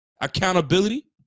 Accountability